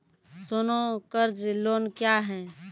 सोना कर्ज लोन क्या हैं?